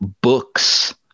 books